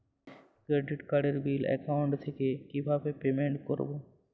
Credit কার্ডের bill account থেকে কিভাবে পেমেন্ট করবো?